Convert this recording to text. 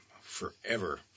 forever